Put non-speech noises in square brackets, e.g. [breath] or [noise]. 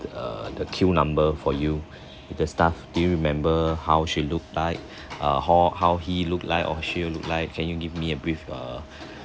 err the queue number for you [breath] the staff do you remember how she looked like uh how he look like or she look like can you give me a brief err